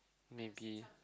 maybe